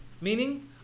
Meaning